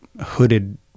hooded